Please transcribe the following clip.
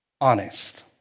honest